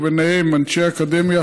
ובהם אנשי אקדמיה,